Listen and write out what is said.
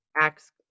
acts